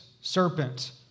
serpent